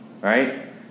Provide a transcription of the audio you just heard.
Right